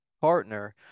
partner